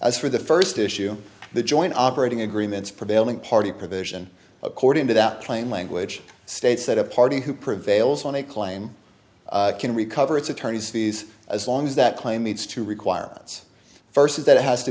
as for the first issue the joint operating agreements prevailing party provision according to that plain language states that a party who prevails on a claim can recover its attorney's fees as long as that claim needs to requirements first is that it has to